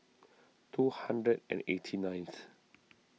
two hundred and eighty ninth